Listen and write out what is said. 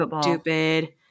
Stupid